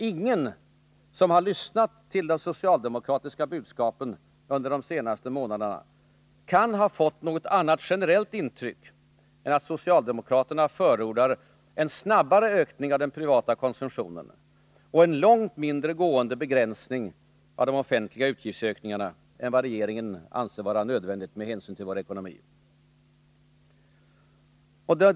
Ingen som lyssnat till det socialdemokratiska budskapet under de senaste månaderna kan ha fått något annat generellt intryck än att socialdemokraterna förordar en snabbare ökning av den privata konsumtionen och en mindre långt gående begränsning av de offentliga utgiftsökningarna än vad regeringen anser vara nödvändigt med hänsyn till vår ekonomi.